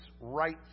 right